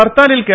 ഹർത്താലിൽ K